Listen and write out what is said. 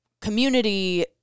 community